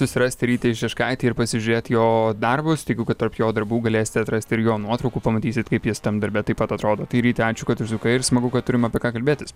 susirasti rytį šeškaitį ir pasižiūrėt jo darbus tikiu kad tarp jo darbų galėsite atrasti ir jo nuotraukų pamatysit kaip jis tam darbe taip pat atrodo tai ryti ačiū kad užsukai ir smagu kad turim apie ką kalbėtis